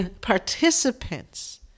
participants